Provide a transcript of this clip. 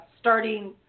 starting